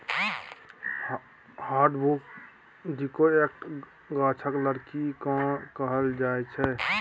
hardwood डिकौटक गाछक लकड़ी केँ कहल जाइ छै